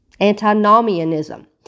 antinomianism